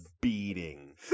beating